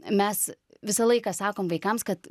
mes visą laiką sakom vaikams kad